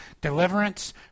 deliverance